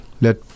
Let